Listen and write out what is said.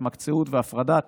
התמקצעות והפרדת